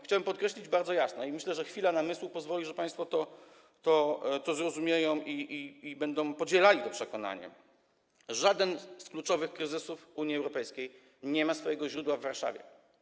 Chciałem podkreślić bardzo jasno i myślę, że chwila namysłu pozwoli, że państwo to zrozumieją i będą podzielali to przekonanie: Żaden z kluczowych kryzysów Unii Europejskiej nie ma swojego źródła w Warszawie.